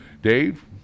Dave